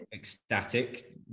ecstatic